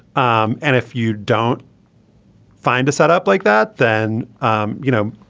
um and if you don't find a set up like that then um you know